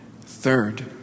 Third